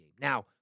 Now